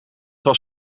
was